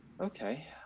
okay